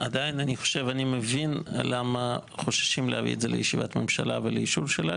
אני מבין למה חוששים להביא את זה לישיבת ממשלה ולאישורה.